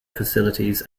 facilities